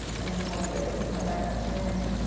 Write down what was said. and can't get rid of each other. and um.